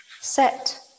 set